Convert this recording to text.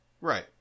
Right